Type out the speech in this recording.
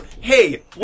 Hey